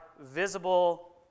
visible